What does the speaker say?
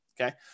okay